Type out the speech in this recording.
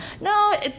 No